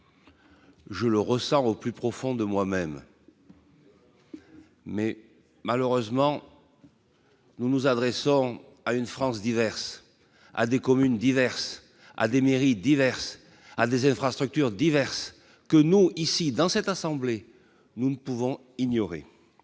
Je le ressent au plus profond de moi-même. Mais malheureusement. Nous nous adressons à une France diverse à des communes diverses à des mairies diverses à des infrastructures diverses que nous ici, dans cette assemblée, nous ne pouvons ignorer.